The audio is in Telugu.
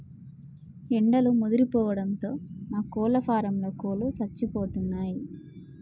ఎండలు ముదిరిపోవడంతో మా కోళ్ళ ఫారంలో కోళ్ళు సచ్చిపోయినయ్